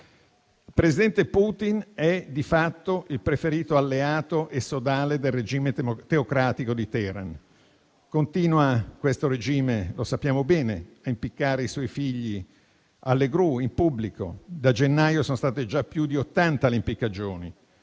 Il presidente Putin è di fatto il preferito alleato e sodale del regime teocratico di Teheran, che continua - lo sappiamo bene - a impiccare i suoi figli alle gru in pubblico (da gennaio sono state già più di 80 le impiccagioni)